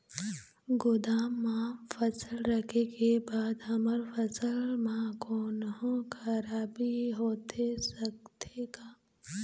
गोदाम मा फसल रखें के बाद हमर फसल मा कोन्हों खराबी होथे सकथे का?